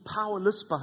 powerless